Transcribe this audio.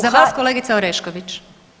Za vas kolegica Orešković.